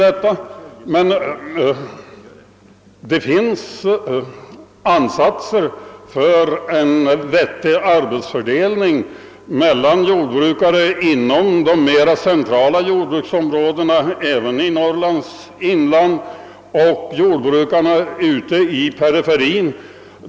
Ansatser har dock gjorts till en vettig arbetsfördelning mellan jordbrukare inom de mera centrala jordbruksområdena, även i Norrlands inland, och jordbrukare som är bosatta ute i periferin.